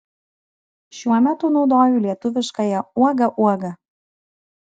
šiuo metu naudoju lietuviškąją uoga uoga